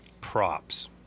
props